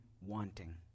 wanting